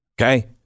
Okay